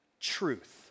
truth